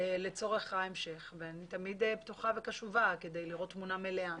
לצורך ההמשך ואני תמיד פתוחה וקשובה כדי לראות תמונה מלאה.